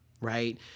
right